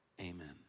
amen